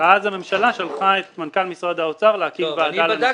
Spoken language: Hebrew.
ואז הממשלה שלחה את מנכ"ל משרד האוצר להקים ועדה לנושא.